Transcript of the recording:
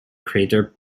crater